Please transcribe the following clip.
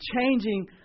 changing